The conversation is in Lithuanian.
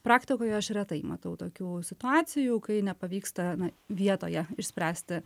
praktikoje aš retai matau tokių situacijų kai nepavyksta na vietoje išspręsti